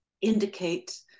indicate